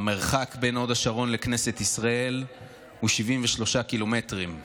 המרחק בין הוד השרון לכנסת ישראל הוא 73 קילומטרים.